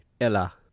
Ella